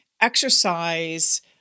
exercise